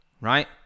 right